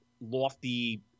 lofty